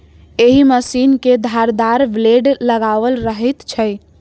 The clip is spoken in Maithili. एहि मशीन मे धारदार ब्लेड लगाओल रहैत छै